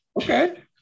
Okay